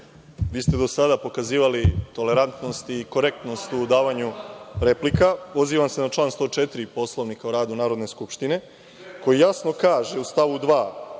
vi ste do sada pokazivali tolerantnost i korektnost u davanju replika. Pozivam se na član 104. Poslovnika o radu Narodne skupštine, koji jasno kaže u stavu 2.